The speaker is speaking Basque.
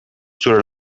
zure